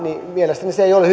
mielestäni ei ole